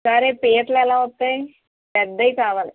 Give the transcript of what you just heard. సరే పీతలు ఎలా వస్తాయి పెద్దవి కావాలి